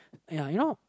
ya you know